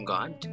God